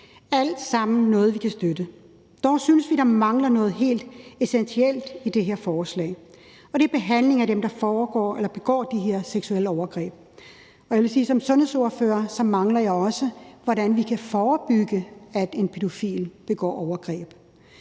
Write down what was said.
alt sammen noget, vi kan støtte. Dog synes vi, at der mangler noget helt essentielt i det her forslag, og det er behandling af dem, der begår de her seksuelle overgreb. Jeg vil sige, at som sundhedsordfører mangler jeg også noget om, hvordan vi kan forebygge, at en pædofil begår overgreb.